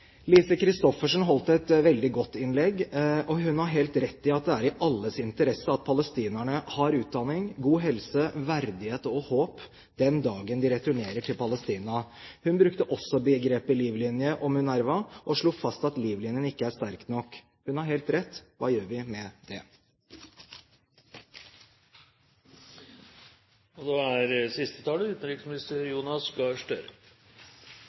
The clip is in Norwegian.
Lise Christoffersen holdt et veldig godt innlegg, og hun har helt rett i at det er i alles interesse at palestinerne har utdanning, god helse, verdighet og håp den dagen de returnerer til Palestina. Hun brukte også begrepet «livlinen» om UNRWA og slo fast at livlinen ikke er sterk nok. Hun har helt rett – hva gjør vi med